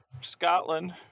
Scotland